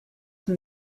from